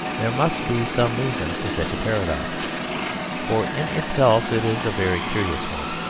there must be some reason for such a paradox for in itself it is a very curious one.